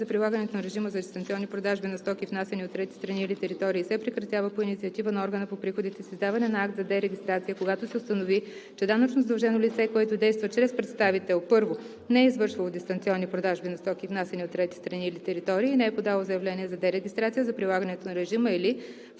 прилагането на режима за дистанционни продажби на стоки, внасяни от трети страни или територии, се прекратява по инициатива на органа по приходите с издаване на акт за дерегистрация, когато се установи, че данъчно задължено лице, което действа чрез представител: 1. не е извършвало дистанционни продажби на стоки, внасяни от трети страни или територии, и не е подало заявление за дерегистрация за прилагането на режима, или 2.